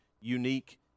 unique